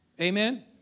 Amen